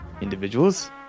individuals